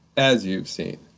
as you've seen,